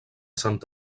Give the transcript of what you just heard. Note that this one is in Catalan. sant